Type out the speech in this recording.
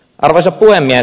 arvoisa puhemies